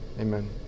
amen